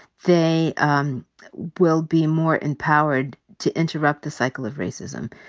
they um will be more empowered to interrupt the cycle of racism,